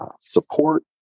support